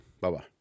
Bye-bye